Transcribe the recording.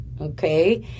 okay